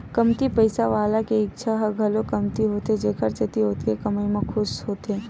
कमती पइसा वाला के इच्छा ह घलो कमती होथे जेखर सेती ओतके कमई म खुस होथे